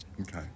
Okay